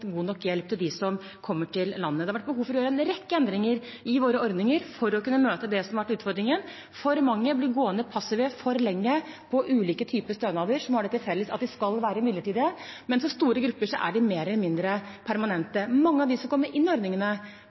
god nok hjelp til dem som kommer til landet. Det har vært behov for å gjøre en rekke endringer i våre ordninger for å kunne møte det som har vært utfordringen: For mange blir gående passive for lenge på ulike typer stønader som har det til felles at de skal være midlertidige, men for store grupper er de mer eller mindre permanente. Hovedutfordringen for mange av dem som kommer inn i ordningene,